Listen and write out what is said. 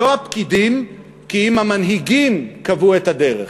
לא הפקידים כי אם המנהיגים קבעו את הדרך,